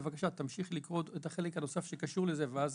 בבקשה תמשיכי לקרוא את החלק הנוסף שקשור לזה.